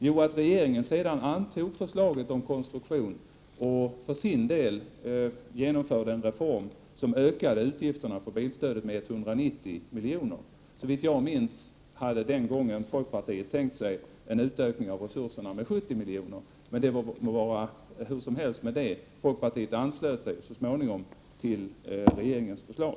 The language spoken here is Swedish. Jo, att regeringen sedan antog förslaget till konstruktion och för sin del genomförde en reform som ökade utgifterna för bilstödet med 190 miljoner. Såvitt jag minns hade folkpartiet den gången tänkt sig en ökning av resurserna med 70 miljoner. Folkpartiet anslöt sig i alla händelser så småningom till regeringens förslag.